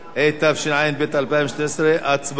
התשע"ב 2012, הצבעה.